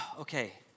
okay